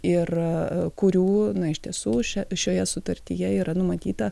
ir kurių na iš tiesų šia šioje sutartyje yra numatyta